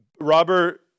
Robert